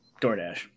Doordash